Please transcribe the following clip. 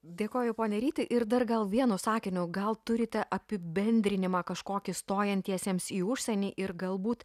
dėkoju pone ryti ir dar gal vienu sakiniu gal turite apibendrinimą kažkokį stojantiesiems į užsienį ir galbūt